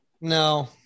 No